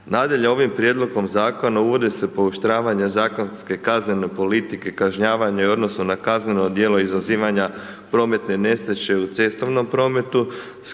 Nadalje, ovim prijedlogom zakona uvodi se pooštravanja zakonske kaznene politike kažnjavanja u odnosu na kazneno djelo izazivanja prometne nesreće u cestovnom prometu